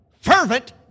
fervent